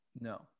no